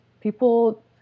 people